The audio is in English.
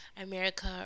America